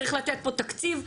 צריך לתת פה תקציב,